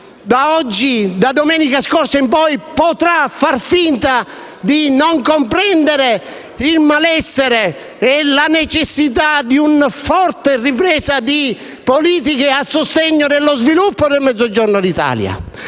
in poi, nessuna forza politica potrà far finta di non comprendere il malessere e la necessità di una forte ripresa di politiche a sostegno dello sviluppo del Mezzogiorno d'Italia.